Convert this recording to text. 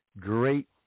Great